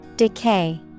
Decay